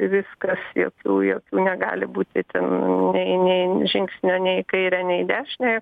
viskas jokių jokių negali būti ten nei nei žingsnio nei į kairę nei į dešinę